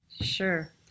Sure